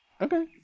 Okay